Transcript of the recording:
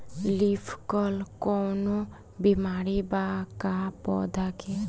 Leaf curl कौनो बीमारी बा का पौधा के?